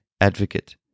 advocate